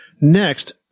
Next